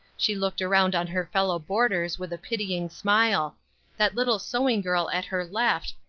she looked around on her fellow boarders with a pitying smile that little sewing-girl at her left,